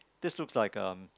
this looks like um